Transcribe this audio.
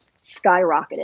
skyrocketed